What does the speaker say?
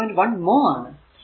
1 മോ ആണ്